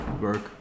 work